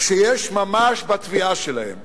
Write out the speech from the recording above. שיש ממש בתביעה שלהם.